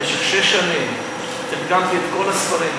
במשך שש שנים תרגמתי את כל הספרים,